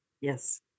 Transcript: Yes